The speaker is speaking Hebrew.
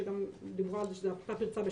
שגם דיברו על זה שזה אותה פרצה בשירביט.